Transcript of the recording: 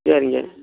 சரிங்க